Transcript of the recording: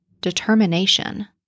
determination